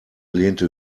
lehnte